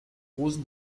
rosen